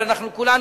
אבל כולנו,